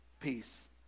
peace